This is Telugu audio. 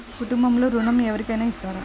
కుటుంబంలో ఋణం ఎవరికైనా ఇస్తారా?